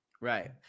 Right